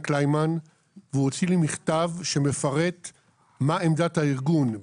קלימן והוא הוציא לי מכתב שמפרט מה עמדת הארגון.